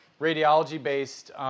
radiology-based